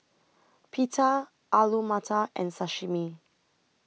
Pita Alu Matar and Sashimi